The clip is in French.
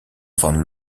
von